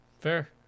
Fair